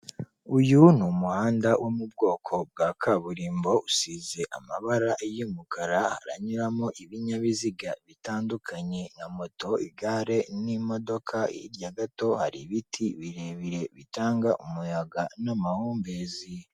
Uyu ni umuhanda wo mu bwoko bwa kaburimbo, usize amabara y'umukara, haranyuramo ibinyabiziga bitandukanye: nka moto, igare, n'imodoka, hirya gato hari ibiti birebire bitanga umuyaga n'amahumbezi.